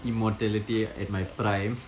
immortality at my prime